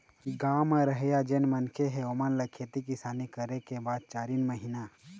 गाँव म रहइया जेन मनखे हे ओेमन ल खेती किसानी करे के बाद चारिन महिना